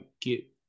get